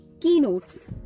keynotes